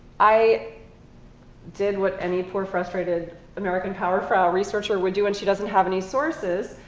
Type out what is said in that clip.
i did what any poor, frustrated american powerful researcher would do when she doesn't have any sources,